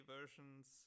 versions